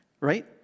Right